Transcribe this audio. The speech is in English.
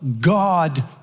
God